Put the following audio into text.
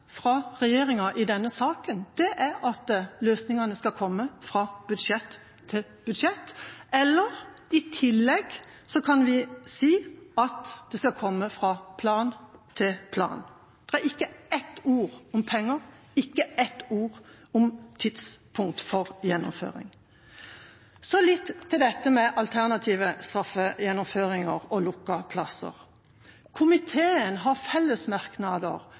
fra regjeringa i denne saken, er at løsningene skal komme fra budsjett til budsjett, eller i tillegg kan vi si at de skal komme fra plan til plan. Det er ikke ett ord om penger, ikke ett ord om tidspunkt for gjennomføring. Så litt til dette med alternativ straffegjennomføring og lukkede plasser. Komiteen har